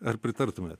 ar pritartumėt